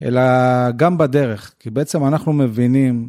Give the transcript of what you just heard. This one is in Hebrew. אלא גם בדרך, כי בעצם אנחנו מבינים...